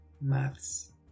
Maths